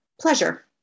pleasure